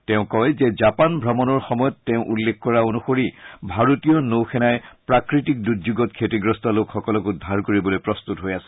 তেওঁ কয় যে জাপান ভ্ৰমণৰ সময়ত তেওঁ উল্লেখ কৰা অনুসৰি ভাৰতীয় নৌ সেনাই প্ৰাকৃতিক দুৰ্যোগত ক্ষতিগ্ৰস্ত লোকসকলক উদ্ধাৰ কৰিবলৈ প্ৰস্তুত হৈ আছে